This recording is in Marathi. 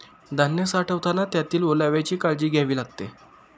धान्य साठवताना त्यातील ओलाव्याची काळजी घ्यावी लागते